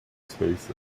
spaces